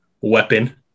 weapon